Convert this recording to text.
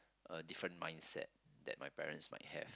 a different mindset that my parents might have